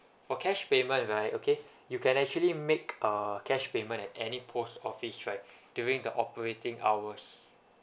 for cash payment right okay you can actually make uh cash payment at any post office right during the operating hours